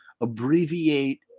abbreviate